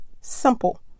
simple